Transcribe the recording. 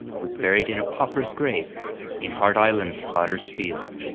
was buried in a pauper's grave in hart islands potter's field.